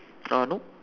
ah nope